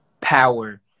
power